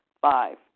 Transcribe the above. Five